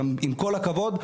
עם כל הכבוד,